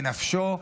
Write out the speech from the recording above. בנפשו,